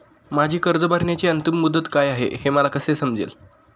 माझी कर्ज भरण्याची अंतिम मुदत काय, हे मला कसे समजेल?